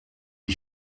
lui